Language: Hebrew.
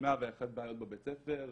101 בעיות בבית ספר,